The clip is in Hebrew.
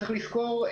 צריך לזכור,